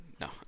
no